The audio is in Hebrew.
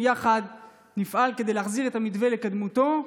יחד נפעל כדי להחזיר את המתווה לקדמותו.